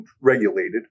regulated